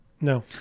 No